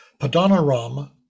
Padanaram